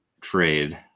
trade